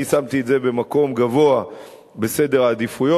אני שמתי את זה במקום גבוה בסדר העדיפויות.